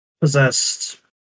possessed